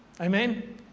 Amen